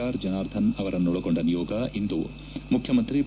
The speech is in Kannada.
ಆರ್ ಜನಾರ್ಧನ್ ಅವರನ್ನೊಳಗೊಂಡ ನಿಯೋಗ ಇಂದು ಮುಖ್ಯಮಂತ್ರಿ ಬಿ